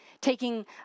Taking